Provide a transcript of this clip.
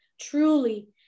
truly